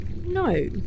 no